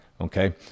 Okay